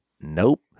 nope